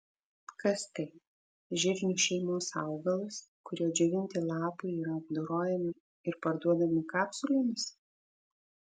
kas tai žirnių šeimos augalas kurio džiovinti lapai yra apdorojami ir parduodami kapsulėmis